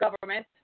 government